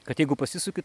kad jeigu pasisuki